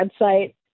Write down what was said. website